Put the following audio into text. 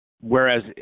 Whereas